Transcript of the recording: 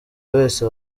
wese